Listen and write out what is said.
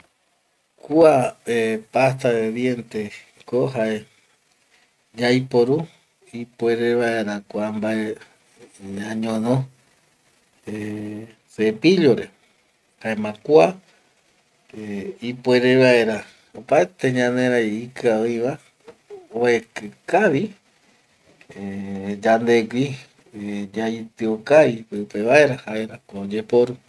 Kua eh paste de dienteko jae yaiporun ipuere vaera kua mbae ñañono eh cepillore jaema kua ipuere vaera opaete ñanerai ikia oiva oeki kavi eh yandegui yaitio kavi pipe vaera jaera kua oyeporu